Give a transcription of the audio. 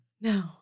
No